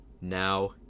Now